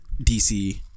DC